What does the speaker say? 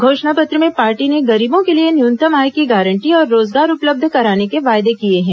घोषणा पत्र में पार्टी ने गरीबों के लिए न्यूनतम आय की गारंटी और रोजगार उपलब्ध कराने के वायदे किए हैं